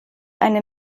eine